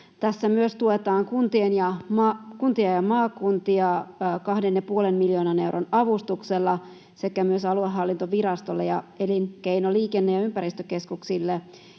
Tässä myös tuetaan kuntia ja maakuntia kahden ja puolen miljoonan euron avustuksella, ja myös aluehallintovirastolle ja elinkeino-, liikenne- ja ympäristökeskuksille